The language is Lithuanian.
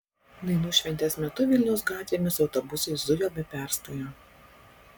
dainų šventės metu vilniaus gatvėmis autobusai zujo be perstojo